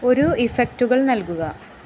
ഒരു ഇഫക്റ്റുകൾ നൽകുക